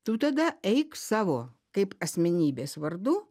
tu tada eik savo kaip asmenybės vardu